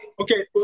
okay